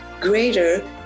greater